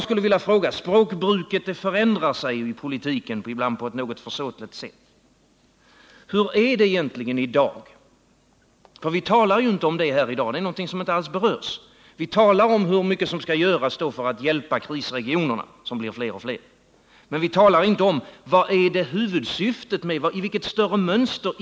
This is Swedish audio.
Språkbruket förändras ju i politiken, ibland på ett något försåtligt sätt. Vi talar i dag inte om i vilket större mönster dessa åtgärder ingår, utan vi talar om hur mycket som skall göras för att skydda krisregionerna, som blir allt fler.